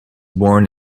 born